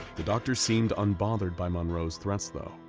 the doctor seemed unbothered by monroe's threats though.